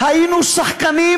היינו שחקנים